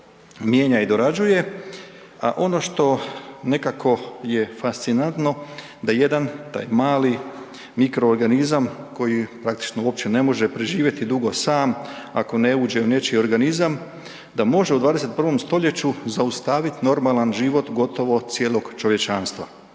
mijenja i dorađuje. A ono što nekako je fascinantno da jedan, taj mali mikroorganizam koji praktično uopće ne može preživjeti dugo sam ako ne uđe u nečiji organizam, da može u 21. stoljeću zaustavit normalan život gotovo cijelog čovječanstva,